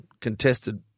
contested